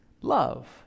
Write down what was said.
love